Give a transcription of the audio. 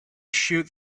shoot